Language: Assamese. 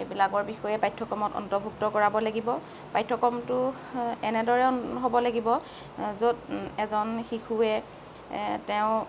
এইবিলাকৰ বিষয়ে পাঠ্যক্ৰমত অন্তৰ্ভুক্ত কৰাব লাগিব পাঠ্যক্ৰমটো এনেদৰে হ'ব লাগিব য'ত এজন শিশুৱে এ তেওঁ